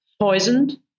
poisoned